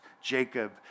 Jacob